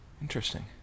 Interesting